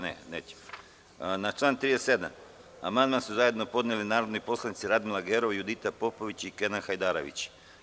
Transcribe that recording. Na član 37. amandman su zajedno podneli narodni poslanici Radmila Gerov, Judita Popović i Kenan Hajdarević.